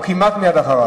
או כמעט מייד אחריו.